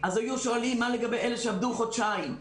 היו שואלים מה לגבי אלה שעבדו חודשיים?